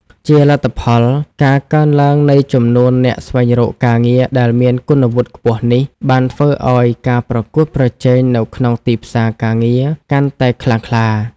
ជាលទ្ធផល ការកើនឡើងនៃចំនួនអ្នកស្វែងរកការងារដែលមានគុណវុឌ្ឍិខ្ពស់នេះ បានធ្វើឲ្យការប្រកួតប្រជែងនៅក្នុងទីផ្សារការងារកាន់តែខ្លាំងក្លា។